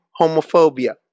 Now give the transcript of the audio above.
homophobia